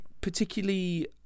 particularly